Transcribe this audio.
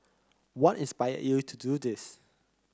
what inspired you to do this